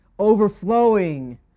overflowing